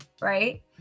right